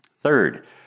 Third